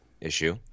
issue